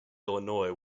illinois